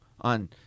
on